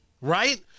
Right